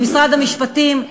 למשרד המשפטים,